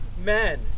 Men